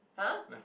[huh]